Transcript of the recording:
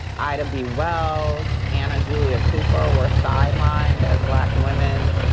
ida b. wells, anna julia cooper were sidelined as black women.